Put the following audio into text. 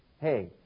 Hey